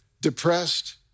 depressed